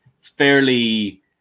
fairly –